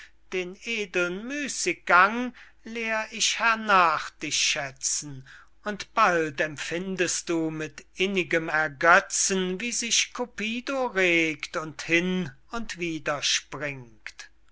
den edlen müßiggang lehr ich hernach dich schätzen und bald empfindest du mit innigem ergetzen wie sich cupido regt und hin und wieder